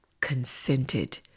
consented